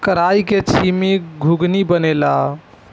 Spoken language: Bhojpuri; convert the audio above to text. कराई के छीमी के घुघनी बनेला